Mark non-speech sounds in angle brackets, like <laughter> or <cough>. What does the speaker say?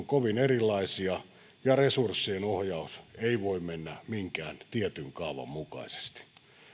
<unintelligible> kovin erilaisia ja resurssien ohjaus ei voi mennä minkään tietyn kaavan mukaisesti